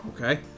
okay